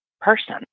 person